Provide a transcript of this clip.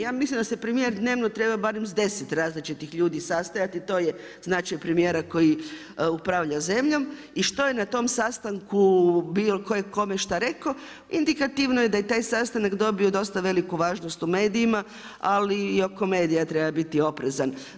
Ja mislim da se premijer treba dnevno barem s deset različitih ljudi sastajati, to je značaj premijera koji upravlja zemljom, i što je na tom sastanku bilo tko je šta kome rekao, indikativno je da je taj sastanak dobio dosta veliku važnost u medijima, ali i oko medija treba biti oprezan.